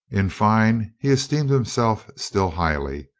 in fine, he esteemed himself still highly.